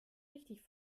richtig